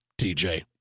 TJ